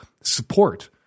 support